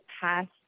past